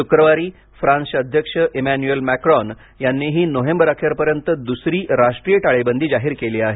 शुक्रवारी फ्रान्सचे अध्यक्ष इमॅन्युएल मॅक्रॉन यांनीही नोव्हेंबर अखेरपर्यंत दुसरी राष्ट्रीय टाळेबंदी जाहीर केली आहे